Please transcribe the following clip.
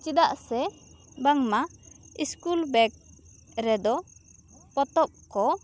ᱪᱮᱫᱟᱜ ᱥᱮ ᱵᱟᱝ ᱢᱟ ᱤᱥᱠᱩᱞ ᱵᱮᱜᱽ ᱨᱮᱫᱚ ᱯᱚᱛᱚᱵ ᱠᱚ